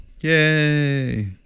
yay